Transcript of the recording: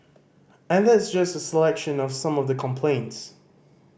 and that's just a selection of some of the complaints